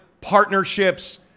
partnerships